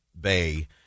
Bay